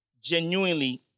genuinely